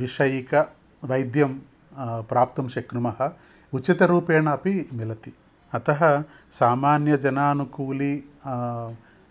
विषयिकवैद्यं प्राप्तुं शक्नुमः उचितरूपेण अपि मिलति अतः सामान्यजनानुकूली